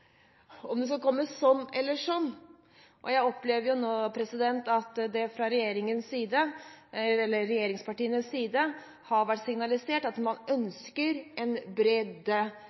om det skal komme sånn eller sånn. Jeg opplever nå at det fra regjeringspartienes side har vært signalisert at man ønsker en bredde